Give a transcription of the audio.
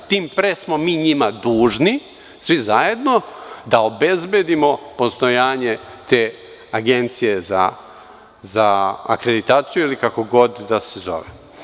Tim pre smo mi njima dužni svi zajedno da obezbedimo postojanje te agencije za akreditaciju ili kako god da se zove.